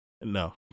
No